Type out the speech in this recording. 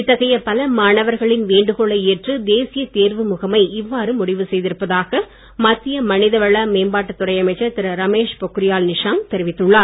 இத்தகைய பல வேண்டுகோளை ஏற்று தேசிய தேர்வு முகமை இவ்வாறு முடிவு செய்திருப்பதாக மத்திய மனிதவள மேம்பாட்டுத் துறை அமைச்சர் திரு ரமேஷ் பொக்ரியால் நிஷாங்க் தெரிவித்துள்ளார்